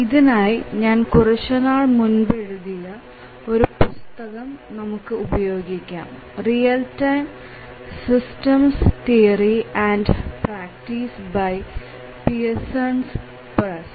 ഇതിനായി ഞാൻ കുറച്ചുനാൾ മുൻപ് എഴുതിയ ഒരു പുസ്തകം നമുക്ക് ഉപയോഗിക്കാം real time systems theory and practice by Pearson press